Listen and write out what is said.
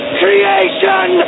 creation